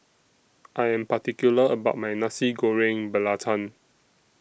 I Am particular about My Nasi Goreng Belacan